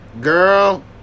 Girl